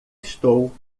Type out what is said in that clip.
estou